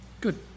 Good